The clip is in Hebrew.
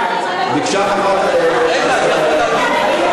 אני יכול להגיב?